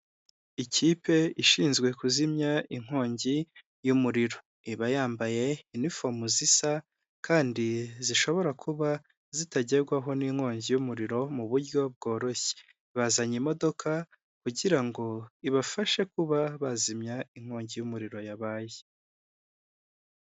Ikipe ishinzwe kuzimya inkongi y'umuriro iba yambaye inifomo zisa kandi zishobora kuba zitagerwaho n'inkongi y'umuriro mu buryo bworoshye, bazanye imodoka kugirango ibafashe kuba bazimya inkongi y'umuriro yabaye.